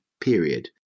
Period